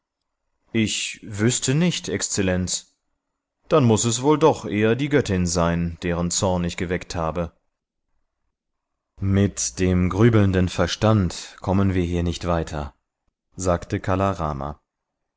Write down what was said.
ich wüßte nicht exzellenz dann muß es wohl doch eher die göttin sein deren zorn ich geweckt habe mit dem grübelnden verstand kommen wir hier nicht weiter sagte kala rama